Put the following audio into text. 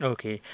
Okay